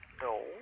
No